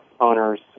owners